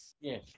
yes